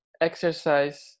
exercise